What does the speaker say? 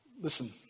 Listen